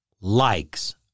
Likes